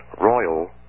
Royal